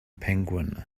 penguin